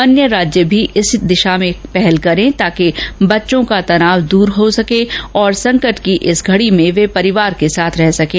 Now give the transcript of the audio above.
अन्य राज्य भी इस दिशा में पहल करें ताकि बच्चों का तनाव दूर हो सके और संकट की इस घड़ी में वे परिवार के साथ रह सकें